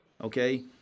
Okay